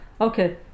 Okay